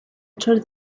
entered